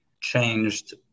changed